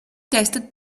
tasted